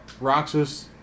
Roxas